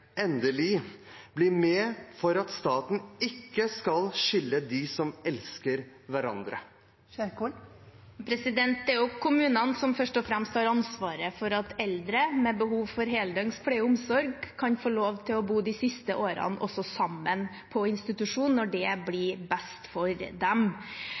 endelig bli med for at staten ikke skal skille de som elsker hverandre? Det er kommunene som først og fremst har ansvaret for at eldre med behov for heldøgns pleie og omsorg kan få lov til å bo sammen de siste årene på institusjon, når det er best for dem.